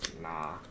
Nah